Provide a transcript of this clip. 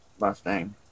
Mustang